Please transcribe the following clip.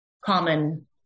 common